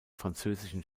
französischen